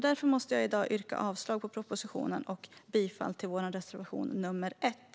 Därför måste jag i dag yrka avslag på förslaget i propositionen och bifall till vår reservation nr 1.